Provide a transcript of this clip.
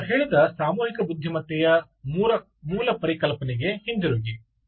ನಾವು ಹೇಳಿದ ಸಾಮೂಹಿಕ ಬುದ್ಧಿಮತ್ತೆಯ ಮೂಲ ಪರಿಕಲ್ಪನೆಗೆ ಹಿಂತಿರುಗಿ